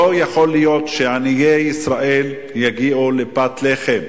לא יכול להיות שעניי ישראל יגיעו לפת לחם.